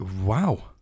Wow